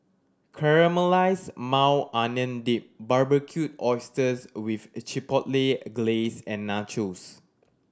Caramelized Maui Onion Dip Barbecued Oysters with Chipotle Glaze and Nachos